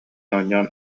оонньоон